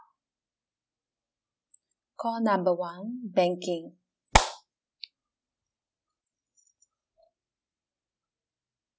call number one banking